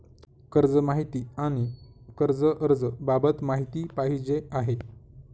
कर्ज माहिती आणि कर्ज अर्ज बाबत माहिती पाहिजे आहे